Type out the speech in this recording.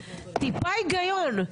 טיפה היגיון,